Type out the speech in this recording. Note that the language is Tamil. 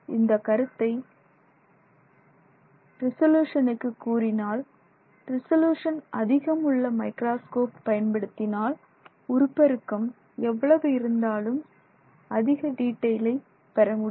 இந்தக் கருத்தை ரிசப்ஷனுக்கு கூறினாள் நீங்கள் ரெசல்யூசன் அதிகம் உள்ள மைக்ராஸ்கோப் பயன்படுத்தினால் உருப்பெருக்கம் எவ்வளவு இருந்தாலும் அதிக டீட்டைலை பெற முடியும்